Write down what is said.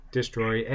destroy